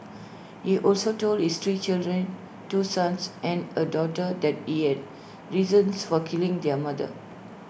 he also told his three children two sons and A daughter that he had reasons for killing their mother